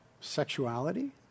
sexuality